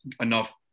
enough